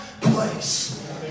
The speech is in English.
place